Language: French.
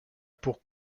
pour